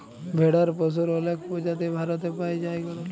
ভেড়ার পশুর অলেক প্রজাতি ভারতে পাই জাই গাড়ল